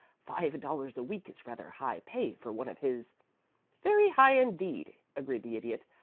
five dollars a week is rather high pay for one of his very high indeed, agreed the idiot.